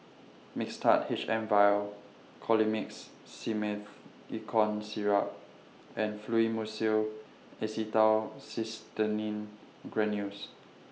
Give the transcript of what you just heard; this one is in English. Mixtard H M Vial Colimix Simethicone Syrup and Fluimucil Acetylcysteine Granules